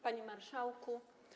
Panie Marszałku!